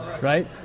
right